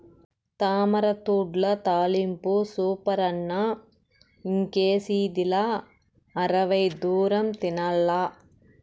తామరతూడ్ల తాలింపు సూపరన్న ఇంకేసిదిలా అరవై దూరం తినాల్ల